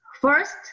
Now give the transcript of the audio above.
First